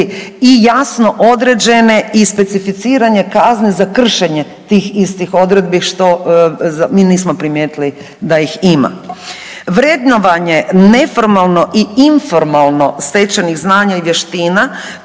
i jasno određene i specificirane kazne za kršenje tih istih odredbi, što mi nismo primijetili da ih ima. Vrednovanje neformalno i informalno stečenih znanja i vještina